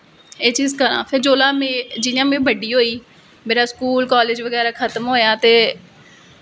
एह् चीज़ करां फिर जिसलै में बड्डी होई मेरे स्कूल कालेज़ बगैरा खत्म होआ ते